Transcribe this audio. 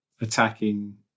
attacking